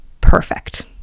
perfect